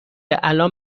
الان